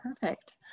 Perfect